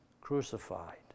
crucified